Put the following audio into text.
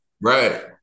Right